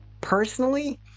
personally